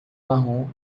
marrom